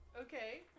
Okay